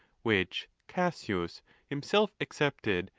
which cassius himself excepted,